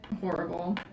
horrible